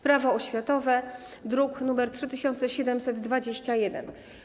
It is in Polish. Prawo oświatowe, druk nr 3721.